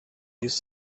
these